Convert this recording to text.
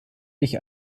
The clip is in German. ich